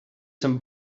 some